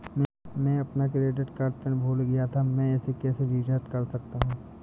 मैं अपना credit card PIN भूल गया था मैं इसे कैसे रीसेट कर सकता हूँ?